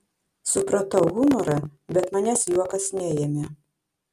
supratau humorą bet manęs juokas neėmė